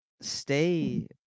stay